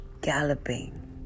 galloping